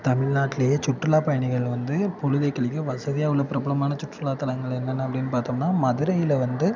தமிழ்நாட்லையே சுற்றுலாப் பயணிகள் வந்து பொழுதை கழிக்க வசதியாக உள்ள பிரபலமான சுற்றுலாத் தலங்கள் என்னென்ன அப்படின்னு பார்த்தோம்னா மதுரையில் வந்து